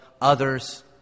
others